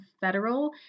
federal